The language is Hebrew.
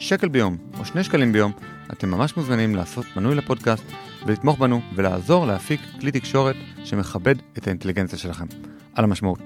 שקל ביום או שני שקלים ביום אתם ממש מוזמנים לעשות מנוי לפודקאסט ולתמוך בנו ולעזור להפיק כלי תקשורת שמכבד את האינטליגנציה שלכם על המשמעות.